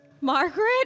Margaret